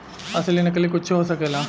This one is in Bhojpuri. असली नकली कुच्छो हो सकेला